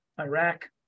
Iraq